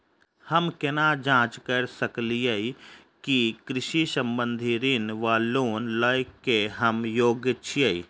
हम केना जाँच करऽ सकलिये की कृषि संबंधी ऋण वा लोन लय केँ हम योग्य छीयै?